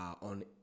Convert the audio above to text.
on